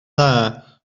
dda